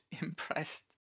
impressed